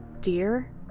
dear